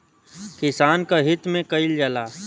किसान क हित में कईल जाला